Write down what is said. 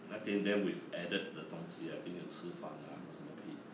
那天 then with added 的东西 think 有吃饭啊还是什么屁